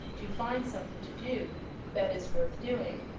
to find something to do that is worth doing,